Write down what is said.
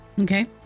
okay